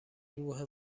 روح